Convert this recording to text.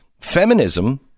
feminism